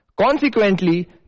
Consequently